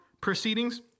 proceedings